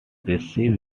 received